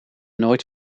nooit